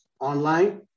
online